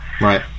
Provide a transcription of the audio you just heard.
Right